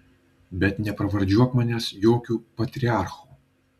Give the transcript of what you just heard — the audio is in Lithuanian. bet nepravardžiuok manęs jokiu patriarchu